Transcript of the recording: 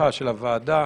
הוועדה